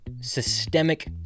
Systemic